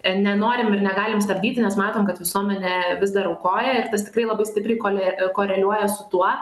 nenorim ir negalim stabdyti nes matom kad visuomenė vis dar aukoja ir tas tikrai labai stipri koli koreliuoja su tuo